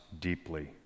deeply